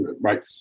right